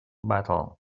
battle